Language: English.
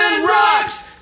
rocks